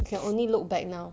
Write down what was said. you can only look back now